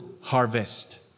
harvest